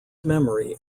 memory